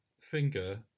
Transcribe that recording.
finger